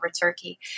Turkey